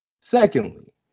Secondly